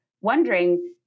wondering